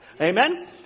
Amen